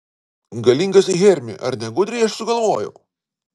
galingasai hermi ar ne gudriai aš sugalvojau